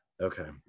Okay